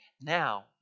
Now